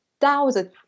thousands